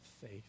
faith